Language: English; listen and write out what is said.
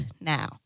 now